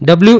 W